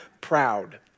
proud